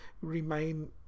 remain